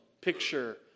picture